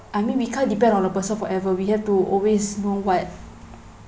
I mean we can't depend on the person forever we have to always you know what